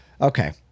Okay